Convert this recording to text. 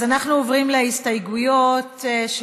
גם לאילן יש הסתייגויות.